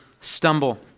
stumble